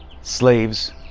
slaves